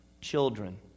children